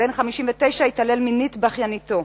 בן 59 התעלל מינית באחייניתו.